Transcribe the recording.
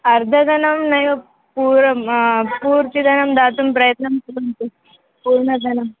अर्धधनं नैव पूर्णं पूर्णधनं दातुं प्रयत्नं कुर्वन्तु पूर्णधनम्